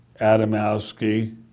Adamowski